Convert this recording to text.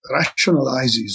rationalizes